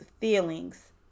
feelings